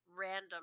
random